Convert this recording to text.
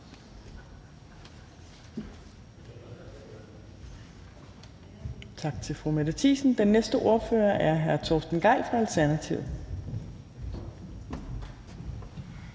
Tak til fru Mette Thiesen. Den næste ordfører er hr. Torsten Gejl fra Alternativet.